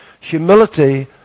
Humility